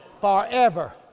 forever